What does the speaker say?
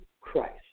Christ